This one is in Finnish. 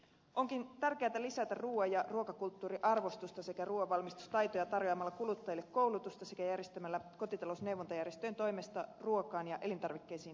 onkin tärkeätä lisätä ruuan ja ruokakulttuurin arvostusta sekä ruuanvalmistustaitoja tarjoamalla kuluttajille koulutusta sekä järjestämällä kotitalousneuvontajärjestöjen toimesta ruokaan ja elintarvikkeisiin liittyviä kampanjoita